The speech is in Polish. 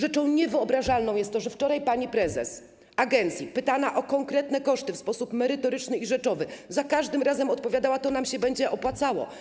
I niewyobrażalne jest to, że wczoraj pani prezes agencji, pytana o konkretne koszty w sposób merytoryczny i rzeczowy, za każdym razem odpowiadała: to nam się będzie opłacało.